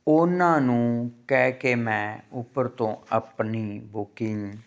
ਉਹਨਾਂ ਨੂੰ ਕਹਿ ਕੇ ਮੈਂ ਉੱਪਰ ਤੋਂ ਆਪਣੀ ਬੁਕਿੰਗ